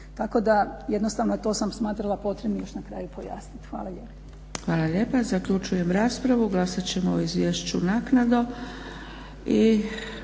Tako da jednostavno to sam smatrala potrebnim još na kraju i pojasniti. Hvala lijepa.